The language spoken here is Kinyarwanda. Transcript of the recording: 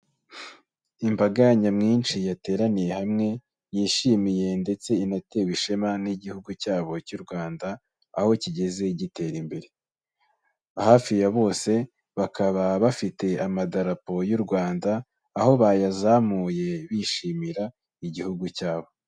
Imbaga nyamwinshi yateraniye hamwe, yishimiye ndetse inatewe ishema n'igihugu cyabo cy'u Rwanda, aho kigeze gitera imbere. Hafi ya bose, bakaba bafite amadarapo y'u Rwanda, aho bayazamuye bishimira igihugu cyabo.